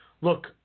look